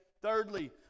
Thirdly